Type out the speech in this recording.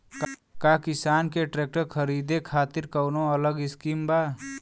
का किसान के ट्रैक्टर खरीदे खातिर कौनो अलग स्किम बा?